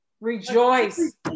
rejoice